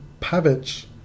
Pavic